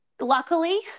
luckily